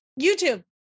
YouTube